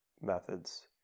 methods